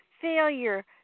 failure